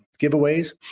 giveaways